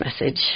message